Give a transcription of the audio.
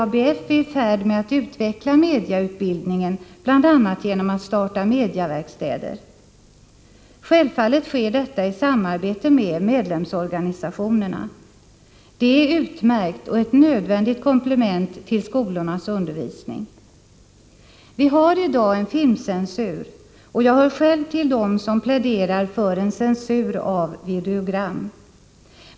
ABF är i färd med att utveckla mediautbildningen, bl.a. genom att starta mediaverkstäder. Självfallet sker detta i samarbete med medlemsorganisationerna. Det är utmärkt, och sådan verksamhet är ett nödvändigt komplement till skolornas undervisning. Vi har i dag en filmcensur, och jag hör själv till dem som pläderar för en censur av videogram.